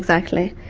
exactly.